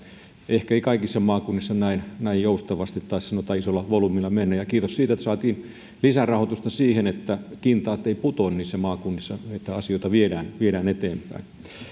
ehkei kaikissa maakunnissa näin näin joustavasti tai sanotaan isolla volyymillä mennä ja kiitos siitä että saimme lisärahoitusta siihen että kintaat eivät putoa niissä maakunnissa vaan asioita viedään viedään eteenpäin